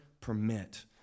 permit